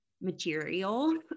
material